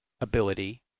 ability